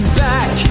back